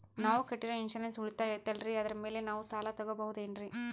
ನಾವು ಕಟ್ಟಿರೋ ಇನ್ಸೂರೆನ್ಸ್ ಉಳಿತಾಯ ಐತಾಲ್ರಿ ಅದರ ಮೇಲೆ ನಾವು ಸಾಲ ತಗೋಬಹುದೇನ್ರಿ?